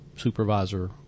Supervisor